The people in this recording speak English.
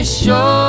show